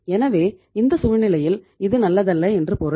எனவே இந்த சூழ்நிலையில் இது நல்லதல்ல என்று பொருள்